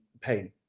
pain